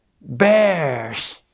bears